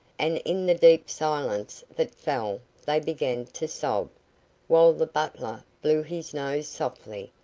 and in the deep silence that fell they began to sob while the butler blew his nose softly,